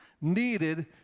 needed